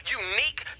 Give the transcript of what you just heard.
unique